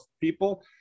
people